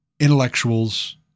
intellectuals